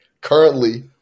currently